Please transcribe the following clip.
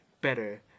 better